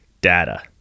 data